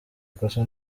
ikosa